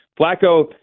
Flacco